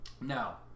Now